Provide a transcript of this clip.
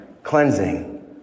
Cleansing